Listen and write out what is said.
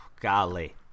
Golly